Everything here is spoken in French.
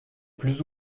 plus